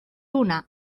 una